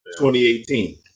2018